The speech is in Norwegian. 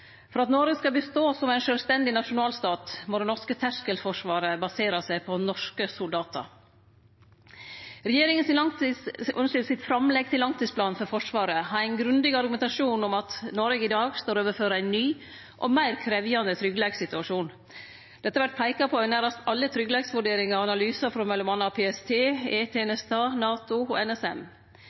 For at Noreg skal bestå som ein sjølvstendig nasjonalstat, må det norske terskelforsvaret basere seg på norske soldatar. Regjeringa sitt framlegg til langtidsplan for Forsvaret har ein grundig argumentasjon om at Noreg i dag står overfor ein ny og meir krevjande tryggleikssituasjon. Dette vert peika på i nærast alle tryggleiksvurderingar og analysar frå mellom anna PST, E-tenesta, NATO og NSM.